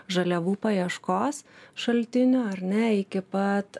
žaliavų paieškos šaltinių ar ne iki pat